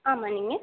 ஆமாம் நீங்கள்